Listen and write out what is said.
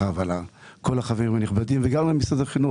ועל כל החברים הנכבדים גם על משרד החינוך.